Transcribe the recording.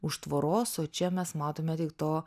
už tvoros o čia mes matome tik to